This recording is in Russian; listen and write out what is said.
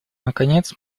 наконец